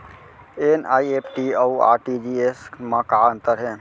NEFT अऊ RTGS मा का अंतर हे?